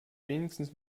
wenigstens